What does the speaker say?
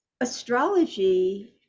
astrology